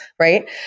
right